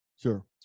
Sure